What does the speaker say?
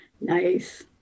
Nice